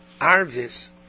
Arvis